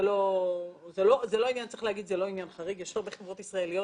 זה לא עניין חריג, יש עוד חברות ישראליות